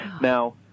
Now